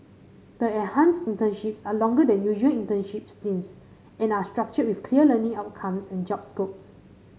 the enhanced internships are longer than usual internship stints and are structured with clear learning outcomes and job scopes